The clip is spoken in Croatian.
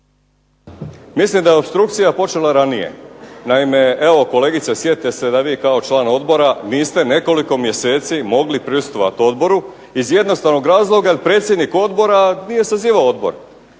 Mislim da je opstrukcija počela ranije. Naime, kolegice sjetite se da vi kao članica odbora niste nekoliko mjeseci mogli prisustvovati odboru iz jednostavnog razloga jer predsjednik odbora nije sazivao odbor.